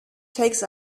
takes